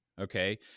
Okay